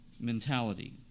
mentality